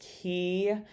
key